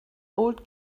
old